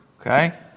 Okay